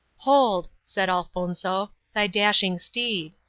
hold, said elfonzo, thy dashing steed.